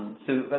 so,